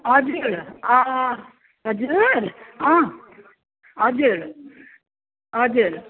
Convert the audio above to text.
हजुर हजुर हजुर हजुर